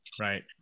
right